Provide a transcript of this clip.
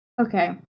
okay